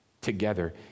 together